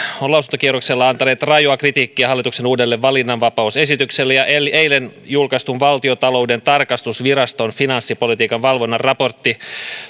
ovat lausuntokierroksella antaneet rajua kritiikkiä hallituksen uudelle valinnanvapausesitykselle ja eilen julkaistun valtiontalouden tarkastusviraston finanssipolitiikan valvonnan raportissa